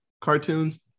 cartoons